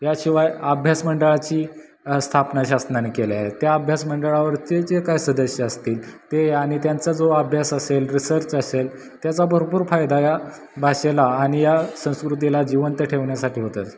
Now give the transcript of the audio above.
याशिवाय अभ्यासमंडळाची स्थापना शासनाने केल्या आहेत त्या अभ्यास मंडळावरचे जे काय सदस्य असतील ते आणि त्यांचा जो अभ्यास असेल रिसर्च असेल त्याचा भरपूर फायदा या भाषेला आणि या संस्कृतीला जीवंत ठेवण्यासाठी होतंच